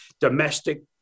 domestic